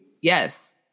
yes